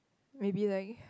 maybe like